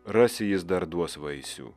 rasi jis dar duos vaisių